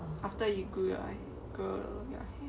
after you grow grow your hair